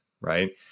right